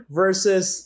versus